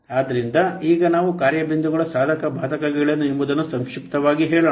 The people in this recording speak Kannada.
ಆದ್ದರಿಂದ ಈಗ ನಾವು ಕಾರ್ಯ ಬಿಂದುಗಳ ಸಾಧಕ ಬಾಧಕಗಳೇನು ಎಂಬುದನ್ನು ಸಂಕ್ಷಿಪ್ತವಾಗಿ ಹೇಳೋಣ